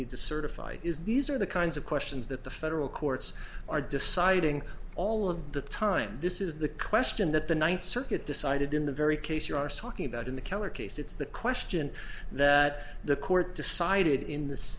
need to certify is these are the kinds of questions that the federal courts are due citing all of the time this is the question that the ninth circuit decided in the very case your arse talking about in the keller case it's the question that the court decided in th